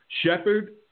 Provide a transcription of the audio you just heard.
Shepard